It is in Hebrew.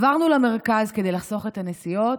עברנו למרכז כדי לחסוך את הנסיעות,